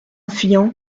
fuyant